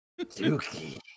Dookie